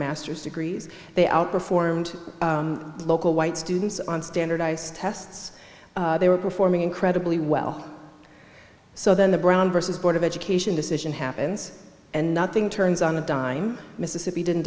master's degrees they outperformed local white students on standardized tests they were performing incredibly well so then the brown versus board of education decision happens and nothing turns on a dime mississippi didn't